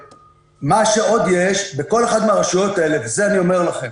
מה שעוד יש בכל אחת מהרשויות האלה וזה אני אומר לכם